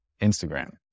Instagram